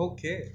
Okay